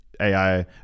ai